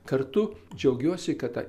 kartu džiaugiuosi kad ta